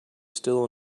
still